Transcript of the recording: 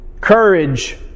courage